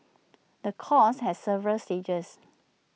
the course has several stages